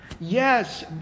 Yes